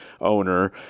owner